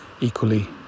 equally